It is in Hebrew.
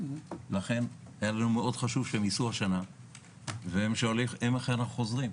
לכן היה לנו מאוד חשוב שיסעו השנה והם שואלים איך הם חוזרים.